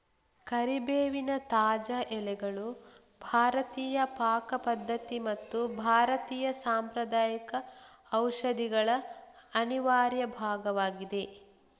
ಕರಿಬೇವಿನ ತಾಜಾ ಎಲೆಗಳು ಭಾರತೀಯ ಪಾಕ ಪದ್ಧತಿ ಮತ್ತು ಭಾರತೀಯ ಸಾಂಪ್ರದಾಯಿಕ ಔಷಧಿಗಳ ಅನಿವಾರ್ಯ ಭಾಗವಾಗಿದೆ